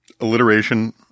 alliteration